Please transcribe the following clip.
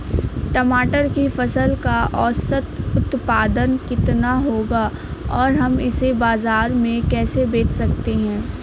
टमाटर की फसल का औसत उत्पादन कितना होगा और हम इसे बाजार में कैसे बेच सकते हैं?